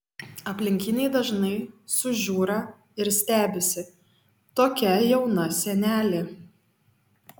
aplinkiniai dažnai sužiūra ir stebisi tokia jauna senelė